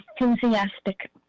enthusiastic